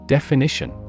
Definition